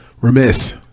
remiss